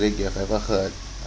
think you've every heard